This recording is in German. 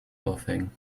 aufhängen